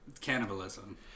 cannibalism